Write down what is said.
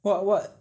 what what